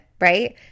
right